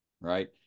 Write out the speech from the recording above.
right